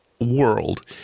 world